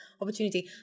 opportunity